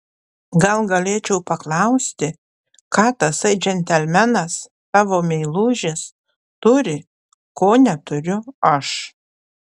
gal galėčiau paklausti ką tasai džentelmenas tavo meilužis turi ko neturiu aš